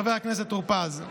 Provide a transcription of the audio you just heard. חבר הכנסת טור פז.